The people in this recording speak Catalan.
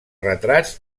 retrats